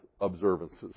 observances